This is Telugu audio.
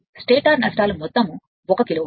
స్టేటర్ నష్టాలు మొత్తం 1 కిలోవాట్